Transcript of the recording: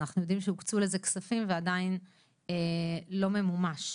שאנחנו יודעים שהוקצו לזה כספים, ועדיין לא ממומש.